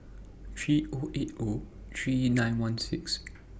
three O eight O three nine one six